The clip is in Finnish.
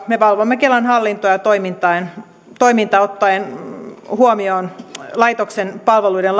me valtuutetut valvomme kelan hallintoa ja toimintaa ottaen huomioon laitoksen palveluiden